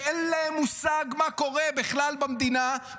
שאין להם מושג מה קורה במדינה בכלל,